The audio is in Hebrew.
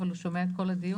אבל הוא שומע את כל הדיון.